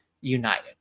united